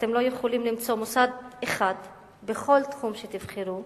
אתם לא יכולים למצוא מוסד אחד בכל תחום שתבחרו,